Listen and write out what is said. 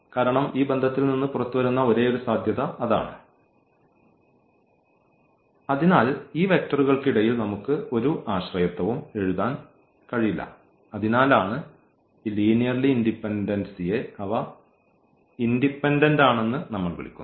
കാരണം ഈ ബന്ധത്തിൽ നിന്ന് പുറത്തുവരുന്ന ഒരേയൊരു സാധ്യത അതാണ് അതിനാൽ ഈ വെക്റ്ററുകൾക്കിടയിൽ നമുക്ക് ഒരു ആശ്രയത്വവും എഴുതാൻ കഴിയില്ല അതിനാലാണ് ഈ ലീനിയർലി ഇൻഡിപെൻഡൻസിയെ അവ ഇൻഡിപെൻഡൻഡ് ആണെന്ന് നമ്മൾ വിളിക്കുന്നത്